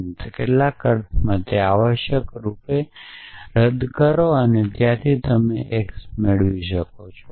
અને કેટલાક અર્થમાં તેને આવશ્યક રૂપે રદ કરો અને ત્યાંથી તમે એક્સ મેળવી શકો છો